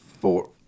Four